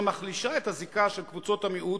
"אשר מחלישה את הזיקה של קבוצות המיעוט